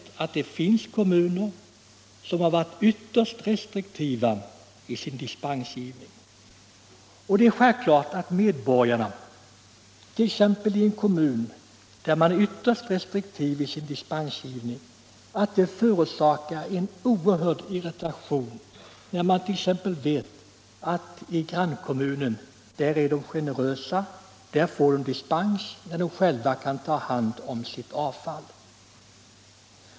Andra kommuner däremot har varit ytterst restriktiva i sin dispensgivning. Det är klart att medborgarna i en kommun som är ytterst restriktiv i sin dispensgivning blir oerhört irriterad när de vet att grannkommunen är generös och ger dispenser till dem som själva kan ta hand om sitt avfall.